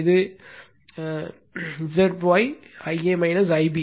எனவே இது Zy Ia Ib